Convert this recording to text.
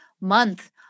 month